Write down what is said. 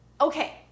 okay